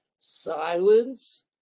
Silence